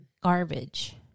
garbage